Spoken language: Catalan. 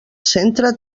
centre